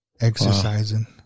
Exercising